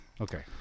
Okay